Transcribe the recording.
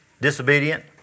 disobedient